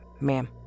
Ma'am